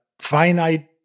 finite